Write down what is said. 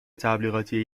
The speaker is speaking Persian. تبلیغاتی